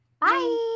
Bye